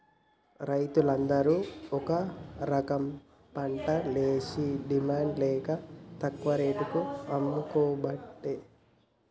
రైతులు అందరు ఒక రకంపంటలేషి డిమాండ్ లేక తక్కువ రేటుకు అమ్ముకోబట్టే